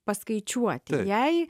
paskaičiuoti jei